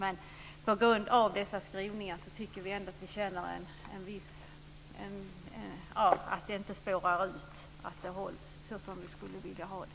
Men på grund av dessa skrivningar tycker vi ändå att vi känner att detta inte kommer att spåra ur utan kan hållas som vi vill ha det.